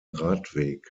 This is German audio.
radweg